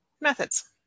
Methods